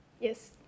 Yes